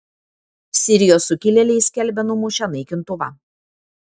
sirijos sukilėliai skelbia numušę naikintuvą